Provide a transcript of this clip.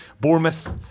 Bournemouth